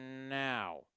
now